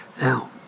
now